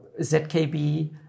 ZKB